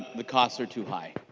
the costs are too high.